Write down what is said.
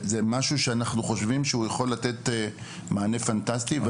זה משהו שאנחנו חושבים שהוא יכול לתת מענה פנטסטי.